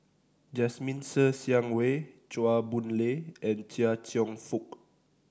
Jasmine Ser Xiang Wei Chua Boon Lay and Chia Cheong Fook